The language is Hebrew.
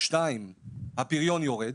הפריון יורד,